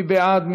מי בעד?